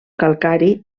calcari